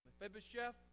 Mephibosheth